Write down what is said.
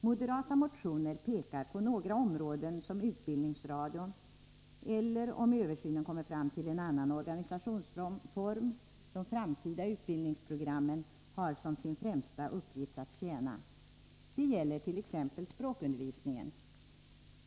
Moderata motioner pekar på några områden som utbildningsradion eller — om översynen kommer fram till en annan organisationsform — de framtida utbildningsprogrammen har som sin främsta uppgift att tjäna. Det gäller t.ex. språkundervisningen.